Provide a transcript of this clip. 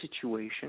situation